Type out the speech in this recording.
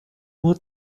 nur